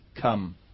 come